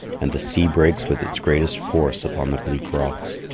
and the sea breaks with its greatest force upon the bleak rocks.